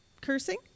cursing